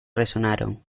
resonaron